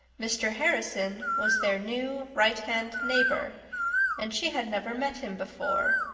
mr. harrison was their new righthand neighbor and she had never met him before,